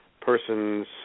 person's